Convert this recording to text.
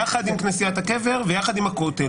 יחד עם כנסיית הקבר ויחד עם הכותל.